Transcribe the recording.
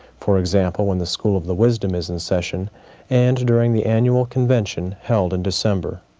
for example, when the school of the wisdom is in session and during the annual convention held in december.